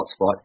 hotspot